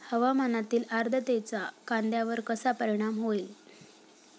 हवामानातील आर्द्रतेचा कांद्यावर कसा परिणाम होईल?